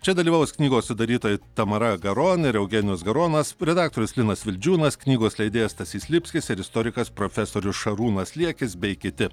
čia dalyvaus knygos sudarytojai tamara garon ir eugenijus garonas redaktorius linas vildžiūnas knygos leidėjas stasys lipskis ir istorikas profesorius šarūnas liekis bei kiti